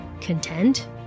content